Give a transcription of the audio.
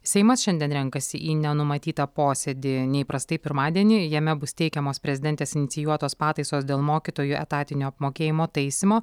seimas šiandien renkasi į nenumatytą posėdį neįprastai pirmadienį jame bus teikiamos prezidentės inicijuotos pataisos dėl mokytojų etatinio apmokėjimo taisymo